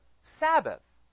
sabbath